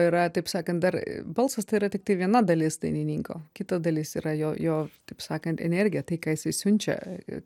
yra taip sakant dar balsas tai yra tiktai viena dalis dainininko kita dalis yra jo jo taip sakant energija tai ką jisai siunčia